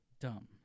Dumb